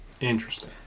Interesting